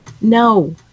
no